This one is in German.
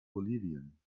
bolivien